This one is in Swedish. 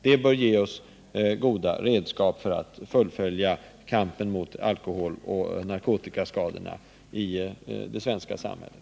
Det bör ge oss goda redskap för att fullfölja kampen mot alkoholoch narkotikaskadorna i det svenska samhället.